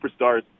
superstars